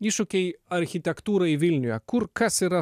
iššūkiai architektūrai vilniuje kur kas yra